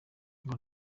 ngo